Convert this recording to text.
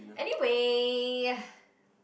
anyway